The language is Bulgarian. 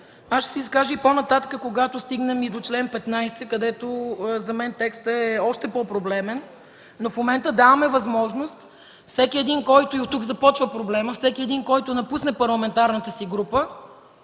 Ще се изкажа и по-нататък, когато стигнем до чл. 15, където за мен текстът е още по-проблемен, но в момента даваме възможност – и оттук започва проблемът, всеки един, който напусне парламентарната си група,